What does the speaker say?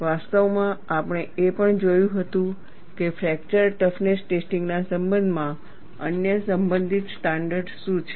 વાસ્તવમાં આપણે એ પણ જોયું હતું કે ફ્રેક્ચર ટફનેસ ટેસ્ટિંગના સંબંધમાં અન્ય સંબંધિત સ્ટાન્ડર્ડ શું છે